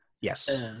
yes